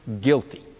guilty